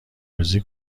روزی